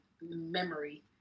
memory